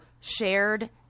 shared